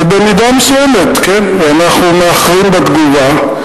ובמידה מסוימת כן, אנחנו מאחרים בתגובה.